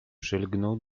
przylgnął